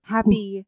Happy